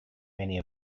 many